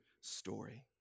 story